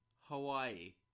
Hawaii